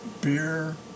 Beer